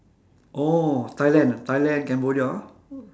oh thailand ah thailand cambodia ah